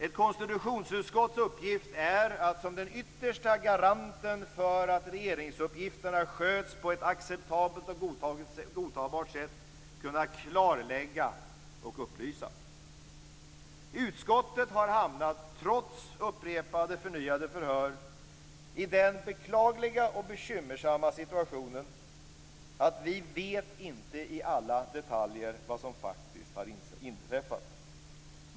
Ett konstitutionsutskotts uppgift är att som den yttersta garanten för att regeringsuppgifterna sköts på ett acceptabelt och godtagbart sätt kunna klarlägga och upplysa. Utskottet har hamnat, trots upprepade förnyade förhör, i den beklagliga och bekymmersamma situationen att vi inte vet i alla detaljer vad som faktiskt har inträffat.